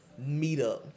meetup